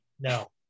No